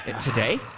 Today